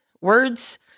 Words